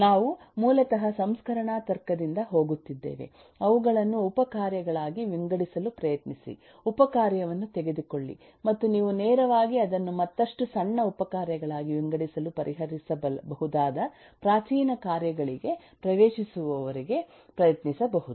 ನಾವು ಮೂಲತಃ ಸಂಸ್ಕರಣಾ ತರ್ಕದಿಂದ ಹೋಗುತ್ತಿದ್ದೇವೆ ಅವುಗಳನ್ನು ಉಪ ಕಾರ್ಯಗಳಾಗಿ ವಿಂಗಡಿಸಲು ಪ್ರಯತ್ನಿಸಿ ಉಪಕಾರ್ಯವನ್ನು ತೆಗೆದುಕೊಳ್ಳಿ ಮತ್ತು ನೀವು ನೇರವಾಗಿ ಅದನ್ನು ಮತ್ತಷ್ಟು ಸಣ್ಣ ಉಪ ಕಾರ್ಯಗಳಾಗಿ ವಿಂಗಡಿಸಲು ಪರಿಹರಿಸಬಹುದಾದ ಪ್ರಾಚೀನ ಕಾರ್ಯಗಳಿಗೆ ಪ್ರವೇಶಿಸುವವರೆಗೆ ಪ್ರಯತ್ನಿಸ ಬಹುದು